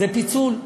זה פיצול.